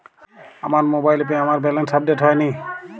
আমার মোবাইল অ্যাপে আমার ব্যালেন্স আপডেট হয়নি